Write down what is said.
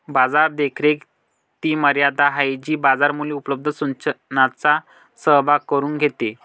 बाजार देखरेख ती मर्यादा आहे जी बाजार मूल्ये उपलब्ध सूचनांचा सहभाग करून घेते